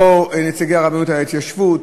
לא נציגי הרבנים בהתיישבות,